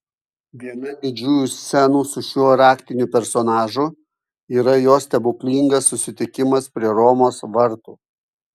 viena didžiųjų scenų su šiuo raktiniu personažu yra jo stebuklingas susitikimas prie romos vartų